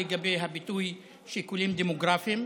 לגבי הביטוי "שיקולים דמוגרפיים".